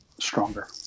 Stronger